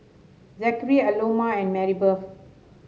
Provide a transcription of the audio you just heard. Zackary Aloma and Marybeth